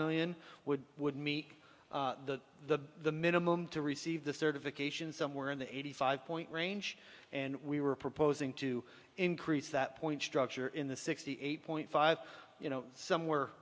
million would would meet the the minimum to receive the certification somewhere in the eighty five point range and we were proposing to increase that point structure in the sixty eight point five you know somewhere